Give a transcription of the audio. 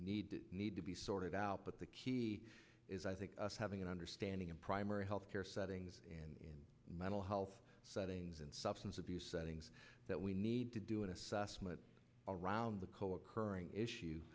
need need to be sorted out but the key is i think having an understanding of primary health care settings and mental health settings and substance abuse settings that we need to do an assessment around the co occurring